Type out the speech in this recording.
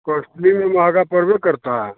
costly में महँगा ज़रूर पड़ता है